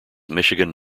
michigan